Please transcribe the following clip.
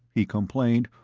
he complained,